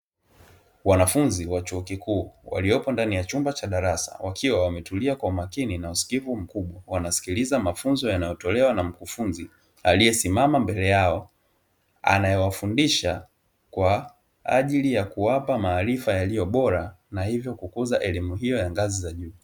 Wanafunzi wa chuo kikuu waliopo ndani ya chumba cha darasa, wakiwa wametulia kwa umakini na usikivu mkubwa; wanasikiliza mafunzo yanayotolewa na mkufunzi aliyesimama mbele yao; anayewafundisha kwa ajili ya kuwapa maarifa yaliyo bora na hivyo kukuza elimu hiyo ya ngazi za juu.